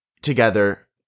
together